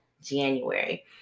January